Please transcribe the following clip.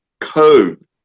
code